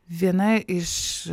viena iš